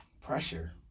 pressure